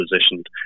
positioned